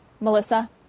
Melissa